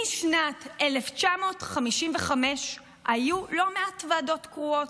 משנת 1955 היו לא מעט ועדות קרואות,